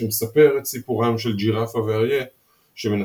שמספר את סיפורם של ג'ירפה ואריה שמנסים